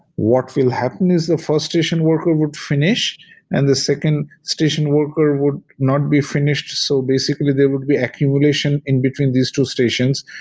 what will happen is the first station worker would finish and the second station worker would not be finished. so basically, there would be accumulation in between these two stations.